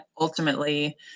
ultimately